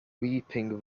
weeping